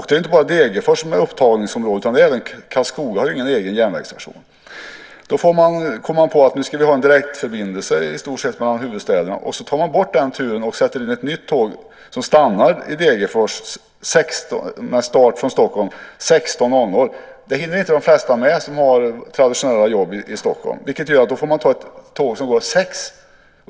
Det är inte bara Degerfors som är ett upptagningsområde utan också Karlskoga, som inte har en egen järnvägsstation. Då kom man på att man skulle ha en direktförbindelse i stort sett mellan huvudstäderna och tar bort den turen och sätter in ett nytt tåg med start från Stockholm kl. 16.00. Men det hinner de flesta inte med som har traditionella jobb i Stockholm. Det gör att de får ta ett tåg som går kl. 18.00.